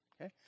Okay